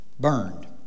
Burned